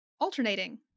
Alternating